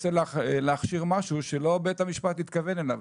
מנסה להכשיר משהו שלא בית המשפט התכוון אליו,